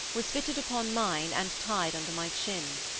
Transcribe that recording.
was fitted upon mine, and tied under my chin.